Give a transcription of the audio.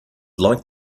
like